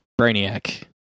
Brainiac